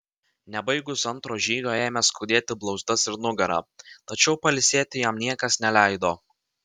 nebaigus antro žygio ėmė skaudėti blauzdas ir nugarą tačiau pailsėti jam niekas neleido